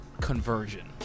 conversion